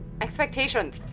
expectations